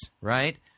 right